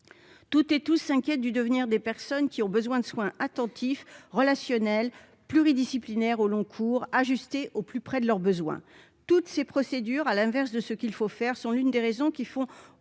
toutes et tous s'inquiètent du devenir des personnes qui ont besoin de soins attentifs relationnel pluridisciplinaire au long cours ajusté au plus près de leurs besoins, toutes ces procédures, à l'inverse de ce qu'il faut faire, sont l'une des raisons qui font